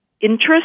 interest